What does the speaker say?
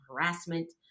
harassment